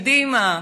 קדימה,